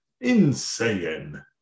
Insane